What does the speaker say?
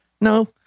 No